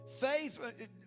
Faith